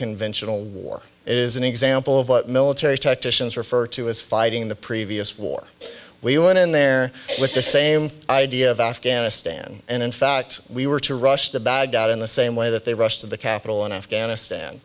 conventional war it is an example of what military refer to as fighting the previous war we went in there with the same idea of afghanistan and in fact we were to rush to baghdad in the same way that they rushed to the capital in afghanistan